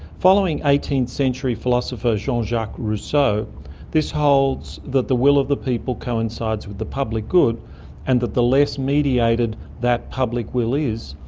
following eighteenth century philosopher jean-jacques rousseau this holds that the will of the people coincides with the public good and that the less mediated that public will is,